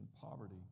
poverty